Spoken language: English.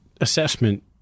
assessment